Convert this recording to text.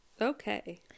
okay